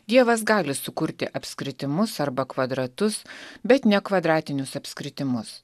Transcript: dievas gali sukurti apskritimus arba kvadratus bet ne kvadratinius apskritimus